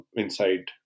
inside